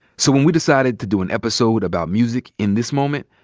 so when we decided to do an episode about music in this moment,